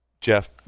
Jeff